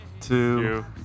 two